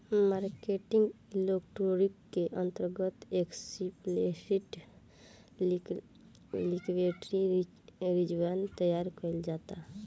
marketing liquidity के अंतर्गत explicit liquidity reserve तैयार कईल जाता